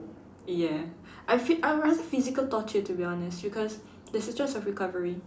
yeah I fee~ I would rather physical torture to be honest because there's a chance of recovery